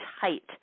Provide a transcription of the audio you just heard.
tight